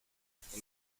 que